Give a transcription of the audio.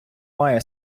має